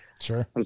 Sure